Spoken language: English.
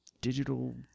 digital